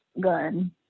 gun